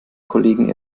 kollegen